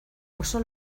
oso